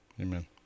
Amen